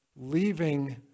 leaving